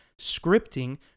scripting